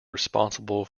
responsible